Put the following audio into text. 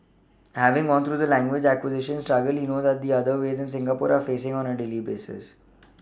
having gone through the language acquisition struggle he knows that the others in Singapore are facing on a daily basis